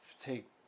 take